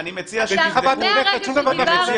מהרגע שדיברת